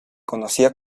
conocía